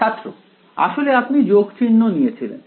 ছাত্র আসলে আপনি যোগ চিহ্ন নিয়েছিলেন